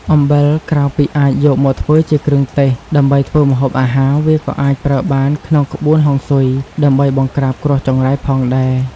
អំបិលក្រៅពីអាចយកមកធ្វើជាគ្រឿងទេសដើម្បីធ្វើម្ហូបអាហារ វាក៏អាចប្រើបានក្នុងក្បួនហុងស៊ុយដើម្បីបង្ក្រាបគ្រោះចង្រៃផងដែរ។